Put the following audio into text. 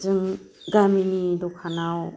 जों गामिनि दखानाव